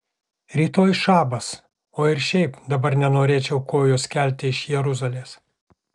rytoj šabas o ir šiaip dabar nenorėčiau kojos kelti iš jeruzalės